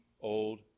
old